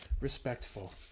respectful